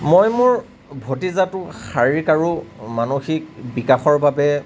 মই মোৰ ভতিজাটোৰ শাৰীৰিক আৰু মানসিক বিকাশৰ বাবে